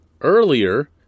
earlier